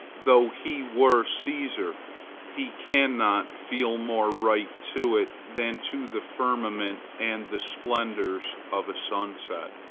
though he were caesar he cannot feel more right to it than to the firmament and the splendors of a sunset.